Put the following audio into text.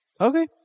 Okay